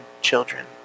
children